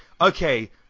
okay